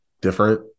different